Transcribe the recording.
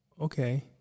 okay